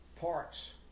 parts